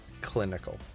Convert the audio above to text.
clinical